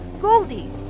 Goldie